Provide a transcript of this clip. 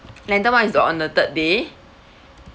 lantern [one] is on the third day